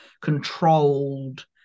controlled